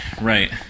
right